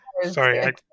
Sorry